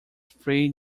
free